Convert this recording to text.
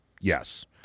Yes